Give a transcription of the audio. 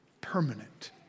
permanent